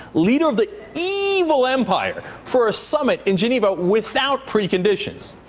leader of the evil empire, for a summit in geneva without preconditions.